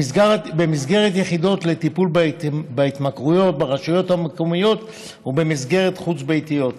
במסגרת יחידות לטיפול בהתמכרויות ברשויות המקומיות ובמסגרות חוץ-ביתיות.